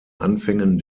anfängen